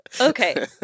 Okay